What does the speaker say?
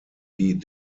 die